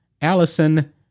Allison